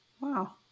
Wow